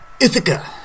Ithaca